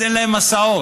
אז אין להם הסעות,